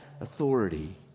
authority